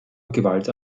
gewalt